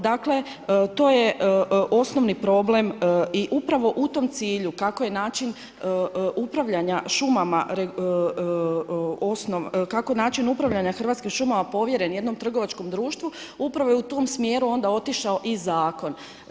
Dakle, to je osnovni problem i upravo u tom cilju kako je način upravljanja šumama, kako način upravljanja hrvatskim šumama povjeren jednom trgovačkom društvu, upravo je u tom smjeru onda otišao i Zakon.